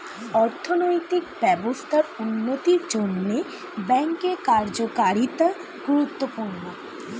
অর্থনৈতিক ব্যবস্থার উন্নতির জন্যে ব্যাঙ্কের কার্যকারিতা গুরুত্বপূর্ণ